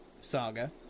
saga